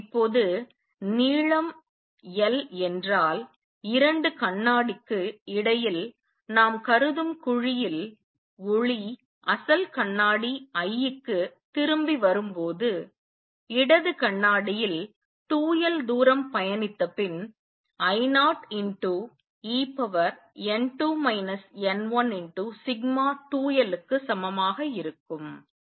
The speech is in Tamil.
இப்போது நீளம் l என்றால் இரண்டு கண்ணாடிக்கு இடையில் நாம் கருதும் குழியில் ஒளி அசல் கண்ணாடி Iக்கு திரும்பி வரும்போது இடது கண்ணாடியில் 2 l தூரம் பயணித்தபின் I0en2 n12l க்கு சமமாக இருக்கும்